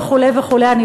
וכו' וכו',